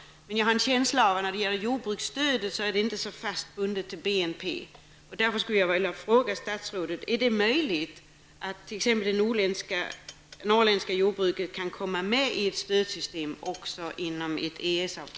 Men jag har en känsla av att jordbruksstödet inte är så fast bundet till BNP.